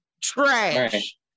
trash